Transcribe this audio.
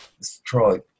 destroyed